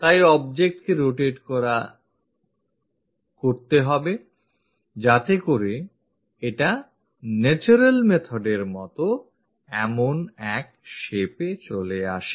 তাই objectকে rotate করো যাতে করে এটা natural method এর মতো এমন এক shape এ চলে আসে